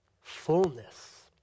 fullness